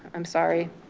i'm sorry.